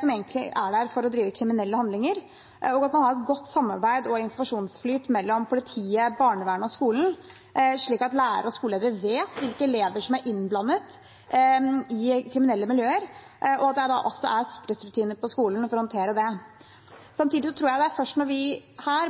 som egentlig er der for å bedrive kriminelle handlinger, og at man har et godt samarbeid og god informasjonsflyt mellom politiet, barnevernet og skolen, slik at lærere og skoleledere vet hvilke elever som er innblandet i kriminelle miljøer, og at det er sikkerhetsrutiner på skolene for å håndtere det. Samtidig tror jeg det først er når vi